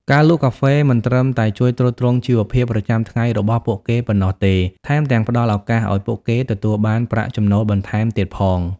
ការលក់កាហ្វេមិនត្រឹមតែជួយទ្រទ្រង់ជីវភាពប្រចាំថ្ងៃរបស់ពួកគេប៉ុណ្ណោះទេ ថែមទាំងផ្តល់ឱកាសឱ្យពួកគេទទួលបានប្រាក់ចំណូលបន្ថែមទៀតផង។